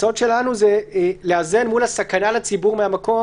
ההצעות שלנו הן: מול הסכנה לציבור מהמקום